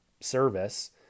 service